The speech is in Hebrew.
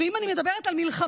ואם אני מדברת על מלחמה,